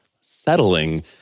settling